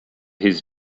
his